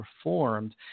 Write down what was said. performed